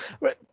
Right